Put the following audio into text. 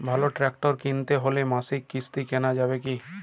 ভালো ট্রাক্টর কিনতে হলে মাসিক কিস্তিতে কেনা যাবে কি?